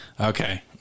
Okay